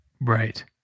Right